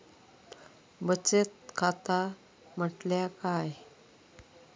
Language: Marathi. बचत खाता म्हटल्या काय?